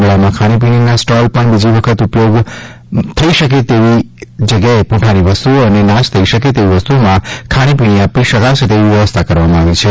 મેળામાં ખાણી પીણીના સ્ટોલમાં પણ બીજી વખત ઉપયોગ થઇ શકે તેવી જગ્યાએ પૂંઠાની વસ્તૂઓ અને નાશ થઇ શકે તેવી વસ્તુમાં ખાણીપીણી આપી શકાશે તેવી વ્યવસ્થા કરવામાં આવી છે